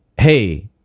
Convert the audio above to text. hey